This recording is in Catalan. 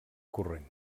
corrent